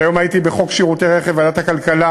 והיום הייתי בדיון בחוק שירותי רכב בוועדת הכלכלה.